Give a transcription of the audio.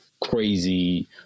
crazy